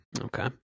okay